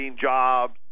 jobs